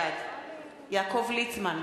בעד יעקב ליצמן,